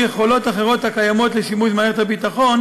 יכולות אחרות הקיימות לשימוש מערכת הביטחון,